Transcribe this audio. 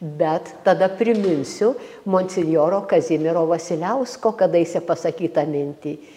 bet tada priminsiu monsinjoro kazimiero vasiliausko kadaise pasakytą mintį